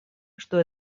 что